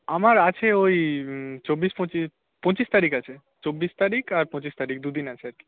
আমার আছে ওই চব্বিশ পঁচিশ পঁচিশ তারিখ আছে চব্বিশ তারিখ আর পঁচিশ তারিখ দুদিন আছে আর কি